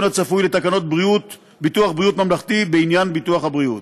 הצפוי בתקנות ביטוח בריאות ממלכתי בעניין ביטוח הבריאות.